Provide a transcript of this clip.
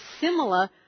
similar